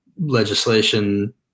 legislation